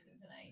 tonight